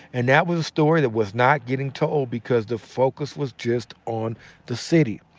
and that was a story that was not getting told because the focus was just on the city.